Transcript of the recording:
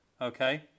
Okay